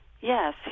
Yes